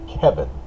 Kevin